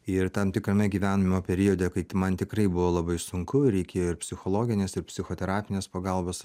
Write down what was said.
ir tam tikrame gyvenimo periode kai man tikrai buvo labai sunku ir reikėjo ir psichologinės ir psichoterapinės pagalbos